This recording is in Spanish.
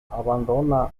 abandona